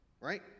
right